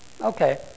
Okay